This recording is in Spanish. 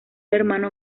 hermano